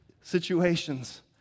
situations